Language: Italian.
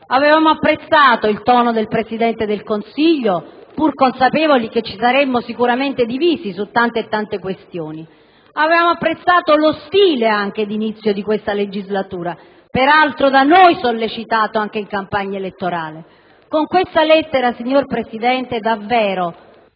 Avevamo apprezzato il tono del Presidente del Consiglio, pur consapevoli che ci saremmo divisi su tante e tante questioni; avevamo apprezzato anche lo stile di inizio di questa legislatura, peraltro da noi sollecitato anche in campagna elettorale. Con questa lettera, signor Presidente, davvero...